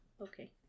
Okay